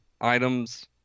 items